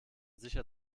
sicher